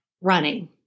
running